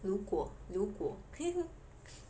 如果如果: ru guo ru guo